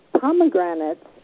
pomegranates